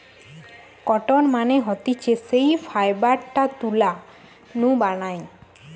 cotton মানে হতিছে যেই ফাইবারটা তুলা নু বানায়